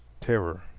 terror